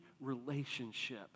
relationship